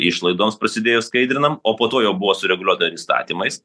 išlaidoms prasidėjo skaidrinam o po to jau buvo sureguliuota ir įstatymais